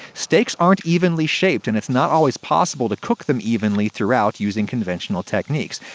steaks aren't evenly shaped, and it's not always possible to cook them evenly throughout using conventional techniques.